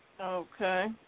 Okay